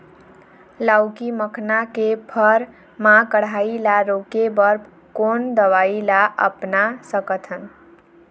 लाउकी मखना के फर मा कढ़ाई ला रोके बर कोन दवई ला अपना सकथन?